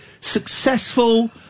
successful